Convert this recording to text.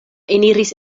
eniris